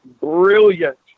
brilliant